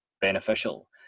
beneficial